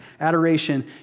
Adoration